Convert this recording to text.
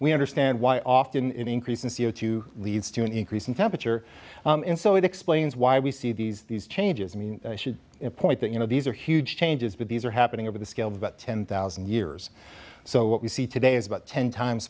we understand why often increase in c o two leads to an increase in temperature and so it explains why we see these these changes i mean should point that you know these are huge changes but these are happening over the scale of about ten thousand years so what we see today is about ten times